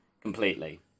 Completely